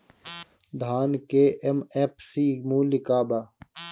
धान के एम.एफ.सी मूल्य का बा?